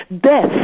death